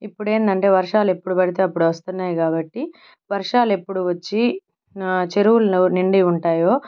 ఇప్పుడు ఏందంటే వర్షాలు ఎప్పుడు పడితే అప్పుడు వస్తున్నాయి కాబట్టి వర్షాలు ఎప్పుడు వచ్చి ఆ చెరువులు నిండి ఉంటాయో